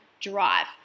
drive